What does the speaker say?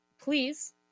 Please